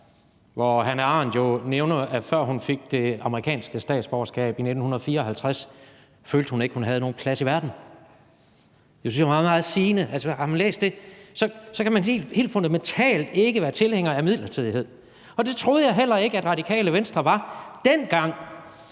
ved man, at før Hannah Arendt fik det amerikanske statsborgerskab i 1954, følte hun ikke, at hun havde nogen plads i verden. Det synes jeg er meget, meget sigende. Og har man læst det, kan man helt fundamentalt ikke være tilhænger af midlertidighed. Det troede jeg heller ikke at Radikale Venstre var. Dengang